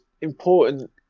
important